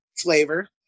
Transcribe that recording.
flavor